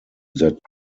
that